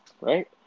right